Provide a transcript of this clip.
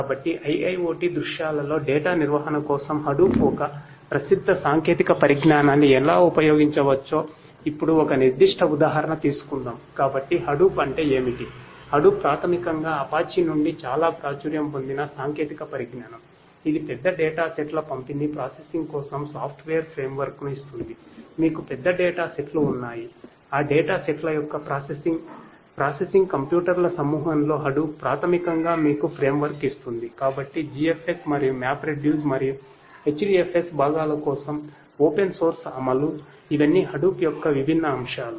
కాబట్టి IIoT దృశ్యాలలో data నిర్వహణ కోసం హడూప్ యొక్క విభిన్న అంశాలు